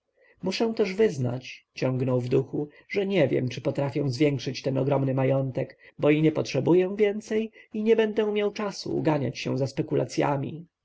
muszę też wyznać ciągnął w duchu że nie wiem czy potrafię zwiększyć ten ogromny majątek bo i nie potrzebuję więcej i nie będę miał czasu uganiać się za spekulacjami